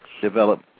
develop